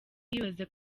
yibaza